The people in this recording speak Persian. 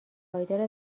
پایدار